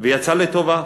ויצא לטובה.